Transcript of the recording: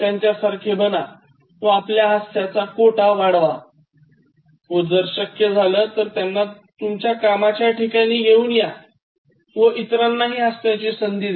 त्यांच्यासारखे बना व आपला हास्य कोटा वाढवा व जर शक्य झाला तर त्यांना तुमच्या कामाच्या ठिकाणी घेऊन या व इतरांना हि हसण्याची संधी द्या